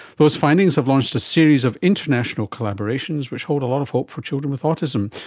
those findings have launched a series of international collaborations which hold a lot of hope for children with autism.